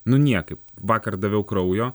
nu niekaip vakar daviau kraujo